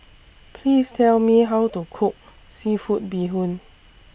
Please Tell Me How to Cook Seafood Bee Hoon